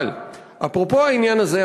אבל אפרופו העניין הזה,